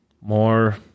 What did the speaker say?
more